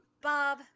Bob